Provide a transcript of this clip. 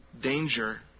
danger